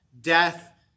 death